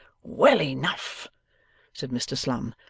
well enough said mr slum.